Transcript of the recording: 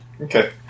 Okay